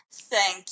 Thank